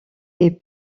est